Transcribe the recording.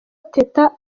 teta